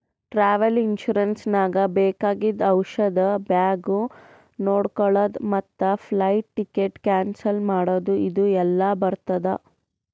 travel insurance ನಾಗ್ ಬೇಕಾಗಿದ್ದು ಔಷಧ ಬ್ಯಾಗ್ ನೊಡ್ಕೊಳದ್ ಮತ್ ಫ್ಲೈಟ್ ಟಿಕೆಟ್ ಕ್ಯಾನ್ಸಲ್ ಮಾಡದ್ ಇದು ಎಲ್ಲಾ ಬರ್ತುದ